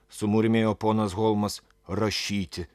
sumurmėjo ponas holmas rašyti